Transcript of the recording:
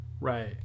Right